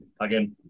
again